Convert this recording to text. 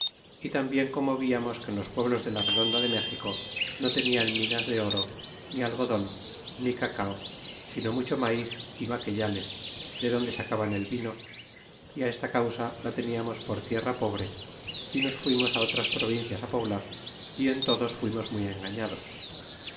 y tambien como viamos que en los pueblos de la redonda de méxico no tenian minas de oro ni algodon ni cacao sino mucho maiz y maqueyales de donde sacaban el vino y esta causa la teniamos por tierra pobre y nos fuimos otras provincias á poblar y en todos fuimos muy engañados